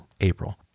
April